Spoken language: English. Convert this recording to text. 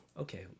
okay